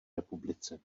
republice